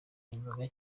inzoga